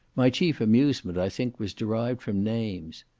my chief amusement, i think, was derived from names.